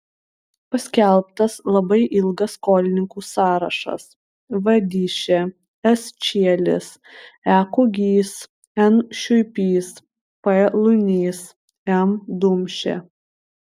paskelbtas labai ilgas skolininkų sąrašas v dyšė s čielis e kugys n šiuipys p lunys m dumšė